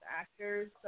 actors